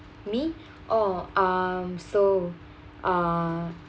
me oh um so uh